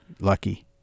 lucky